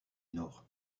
nord